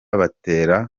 batera